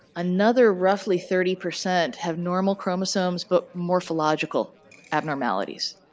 another roughly thirty percent have normal chromosomes but morphological abnormalities.